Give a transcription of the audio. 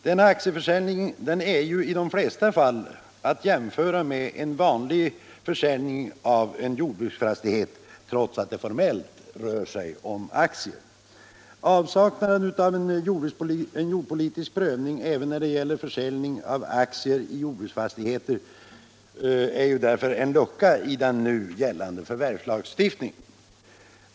Denna aktieförsäljning är ju i de flesta fall att jämföra med en vanlig försäljning av en jordbruksfastighet, trots att det formellt rör sig om aktier. Avsaknaden av jordpolitisk prövning även när det gäller försäljning av aktier i jordbruksfastigheter är därför en lucka i den nu gällande förvärvslagstiftningen.